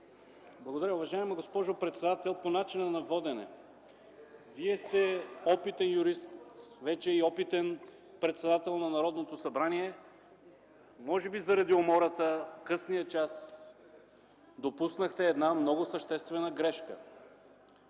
Благодаря. Уважаема госпожо председател, по начина на водене – Вие сте опитен юрист, вече и опитен председател на Народното събрание, може би заради умората, късния час допуснахте една много съществена грешка.